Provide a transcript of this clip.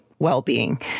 well-being